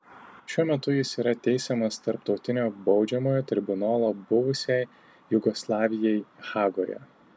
šiuo metu jis yra teisiamas tarptautinio baudžiamojo tribunolo buvusiai jugoslavijai hagoje